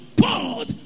God